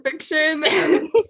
fiction